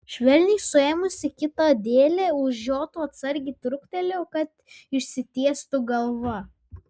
švelniai suėmusi kitą dėlę už žiočių atsargiai trūktelėjo kad išsitiestų galva